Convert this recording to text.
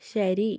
ശരി